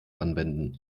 anwenden